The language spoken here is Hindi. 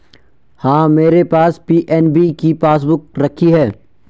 हाँ, मेरे पास पी.एन.बी की पासबुक रखी है